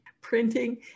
printing